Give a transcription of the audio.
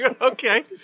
Okay